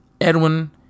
Edwin